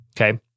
okay